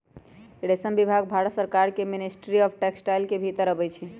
रेशम विभाग भारत सरकार के मिनिस्ट्री ऑफ टेक्सटाइल के भितर अबई छइ